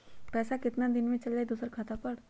पैसा कितना दिन में चल जाई दुसर खाता पर?